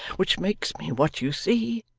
which makes me what you see,